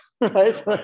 right